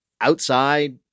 outside